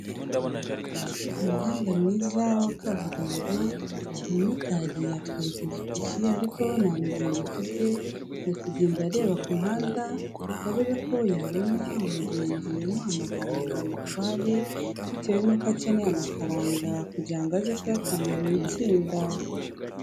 Umuhanda mwiza wa kaburimbo, umumotari atwaye ipikipiki ariko nta mugenzi afite, ari kugenda areba ku muhanda ngo arebe ko yabona umugenzi umuhamagara ngo amutware, bitewe n'uko akeneye amafaranga kugira ngo aze kuyatanga mu itsinda.